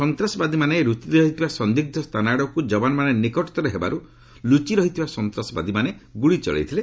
ସନ୍ତାସବାଦୀମାନେ ରହିଥିବା ସନ୍ଦିଗ୍ର ସ୍ଥାନ ଆଡ଼କୁ ଯବାନମାନେ ନିକଟତର ହେବାରୁ ଲୁଚି ରହିଥିବା ସନ୍ତାସବାଦୀମାନେ ଗୁଳି ଚଳାଇଥିଲେ